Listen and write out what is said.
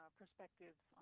perspectives